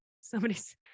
somebody's